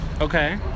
Okay